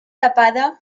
tapada